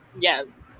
Yes